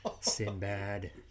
Sinbad